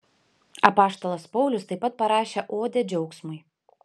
apaštalas paulius taip pat parašė odę džiaugsmui